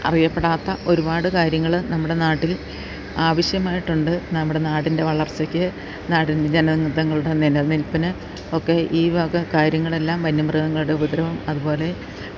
അറിയപ്പെടാത്ത ഒരുപാട് കാര്യങ്ങൾ നമ്മുടെ നാട്ടിൽ ആവശ്യമായിട്ടുണ്ട് നമ്മുടെ നാടിൻ്റെ വളർച്ചക്ക് നാടിന് ജനം നിലനിൽപ്പിന് ഒക്കെ ഈ വക കാര്യങ്ങളെല്ലാം വന്യമൃഗങ്ങളുടെ ഉപദ്രവം അതുപോലെ